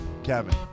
Kevin